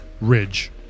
Ridge